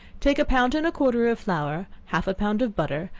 take a pound and a quarter of flour, half a pound of butter,